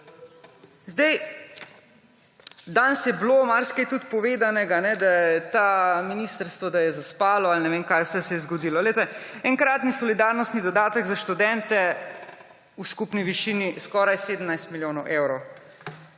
Danes je bilo marsikaj tudi povedanega, da je to ministrstvo zaspalo ali ne vem, kaj vse se je zgodilo. Poglejte, enkratni solidarnostni dodatek za študente v skupini višini skoraj 17 milijonov evrov.